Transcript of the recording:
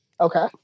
Okay